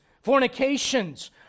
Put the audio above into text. fornications